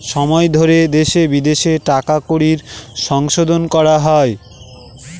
সময় ধরে দেশে বিদেশে টাকা কড়ির সংশোধন করা হয়